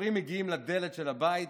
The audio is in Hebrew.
השוטרים מגיעים לדלת של הבית,